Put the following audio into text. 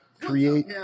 create